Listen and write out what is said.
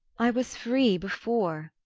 i was free before.